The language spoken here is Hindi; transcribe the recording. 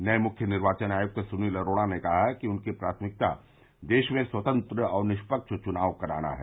नये मुख्य निर्वाचन आयुक्त सुनील अरोड़ा ने कहा है कि उनकी प्राथमिकता देश में स्वतंत्र और निष्पक्ष चुनाव कराना है